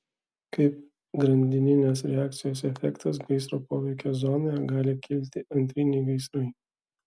kaip grandininės reakcijos efektas gaisro poveikio zonoje gali kilti antriniai gaisrai